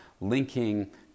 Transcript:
Linking